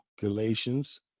Galatians